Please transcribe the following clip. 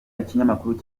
ikinyamakuru